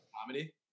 comedy